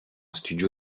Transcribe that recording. studio